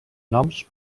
noms